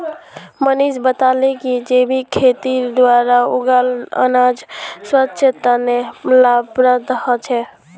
मनीष बताले कि जैविक खेतीर द्वारा उगाल अनाज स्वास्थ्य तने लाभप्रद ह छे